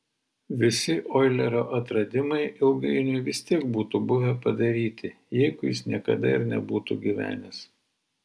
visi oilerio atradimai ilgainiui vis tiek būtų buvę padaryti jeigu jis niekada ir nebūtų gyvenęs